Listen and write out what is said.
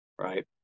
right